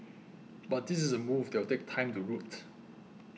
but this is a move that will take time to root